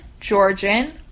Georgian